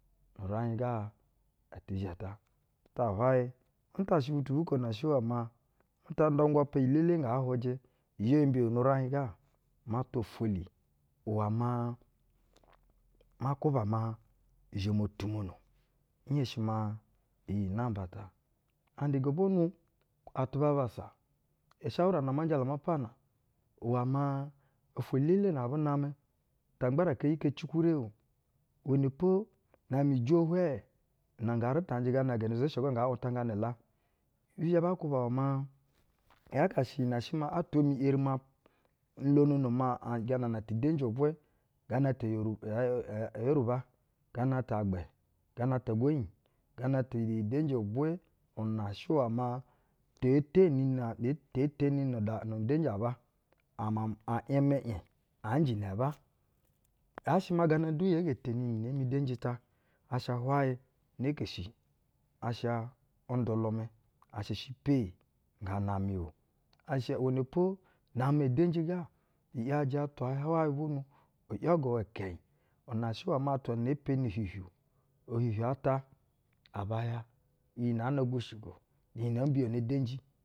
Nu-uraiƞ ga ɛt ɛ zh ɛ ta. Ta hway ɛ nta sh ɛ butu bu ko na shɛ iwɛ maa, nta angapa iyi elele nga hwujɛ i zhɛ yo mbiyono uraiƞ ga, ma twa ifelu iwɛ maa ma kwuba maa i zhɛ mo tumono. Nhenshi maa iyi namba ta. Nu gana ata, gobwonu atu ba abassa, ushawura na ama jala maa ma pana iwɛ maa ofwo-elele na abu namɛ ta ngaraka iyi-ike cikurɛ o. Iwɛnɛ po na-amɛ iyi jo hwɛɛ, nan ga rɛ tanjɛ gana oganazeshuƞ go nga untaƞ ganɛ la, bi zhɛ ba kwuba iwɛ maa, yaa ga shɛ iyi shɛ maa atwa mi eri ma, nlonono maa ganana tu udenji vwɛ, gana to oyoru ɛɛu ɛyeruba, gana ta ɛgbu, gana ta ɛgwonyi, gana te edenji vɛnɛ, una shɛ iwɛ maa, tee teni na tee teni nuda udenji aba, ama a imɛ iƞ aa njɛ inɛɛ aba. Yaa shɛ gana du yee ge teni nu-udenji mu ta, asha hwayɛ nekeshi asha ndulumɛ. Asha shɛ pe nga namɛ o. A sha, iwɛnɛ po, na-amɛ edenji ga, i’yijɛ atwa ya hwayɛ bwonu ‘ya gawa ikɛnyɛ. Una shɛ iwɛ maa atwa ee peni uhiuhiu, ohiohiu ata, aba ya, iyi nɛ ono gwushigwo, ni iyi mbiyono udenji.